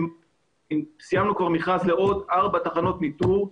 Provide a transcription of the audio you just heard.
סיימנו מכרז לעוד ארבע תחנות ניטור,